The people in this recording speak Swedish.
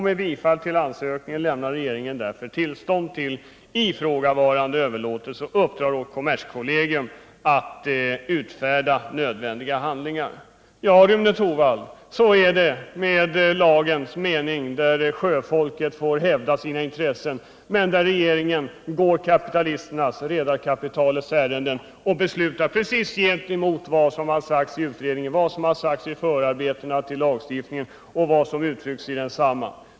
Med bifall till ansökningen lämnade regeringen tillstånd till ifrågavarande överlåtelse och uppdrar åt kommerskollegium att utfärda nödvändiga handlingar.” Ja, Rune Torwald, så är det med lagens mening. Sjöfolket får hävda sina intressen, men regeringen går redarkapitalets ärenden och beslutar precis tvärtemot vad som sagts i utredningen, vad som sagts i förarbetena till lagstiftningen och vad som uttryckts i densamma.